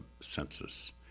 census